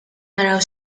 naraw